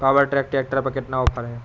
Power track tractor पर कितना offer है?